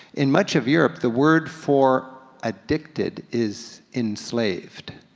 in much of europe the word for addicted is enslaved.